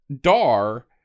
Dar